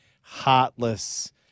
heartless